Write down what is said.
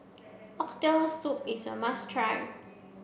oxtail soup is a must try